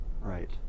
right